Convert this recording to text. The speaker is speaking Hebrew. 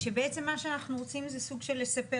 כשמה שאנחנו רוצים זה סוג של לספר